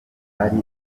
ari